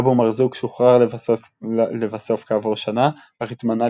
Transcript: אבו מרזוק שוחרר לבסוף כעבור שנה אך התמנה